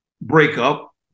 breakup